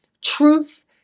truth